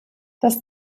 das